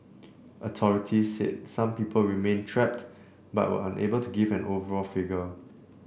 authorities said some people remained trapped but were unable to give an overall figure